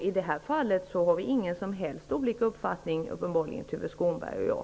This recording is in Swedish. I det här fallet har vi uppenbarligen inte alls olika uppfattning, Tuve Skånberg och jag.